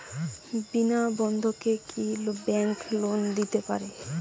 বিনা বন্ধকে কি bank loan দিতে পারে?